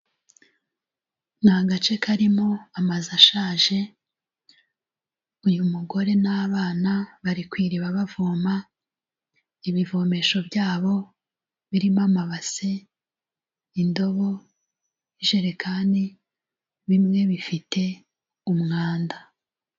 Ni agace karimo amazu ashaje, uyu mugore n'abana bari ku iriba bavoma, ibivomesho byabo birimo amabase, indobo, ijerekani, bimwe bifite umwanda.